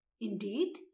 Indeed